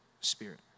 spirit